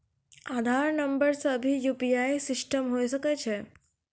आधार नंबर से भी यु.पी.आई सिस्टम होय सकैय छै?